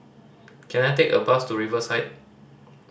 can I take a bus to Riverside